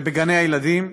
זה בגני-הילדים,